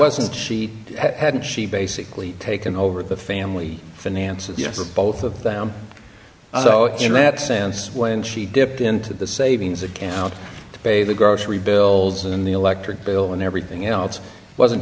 wasn't she hadn't she basically taken over the family finances yes or both of them so in that sense when she dipped into the savings account to pay the grocery bills and the electric bill and everything else wasn't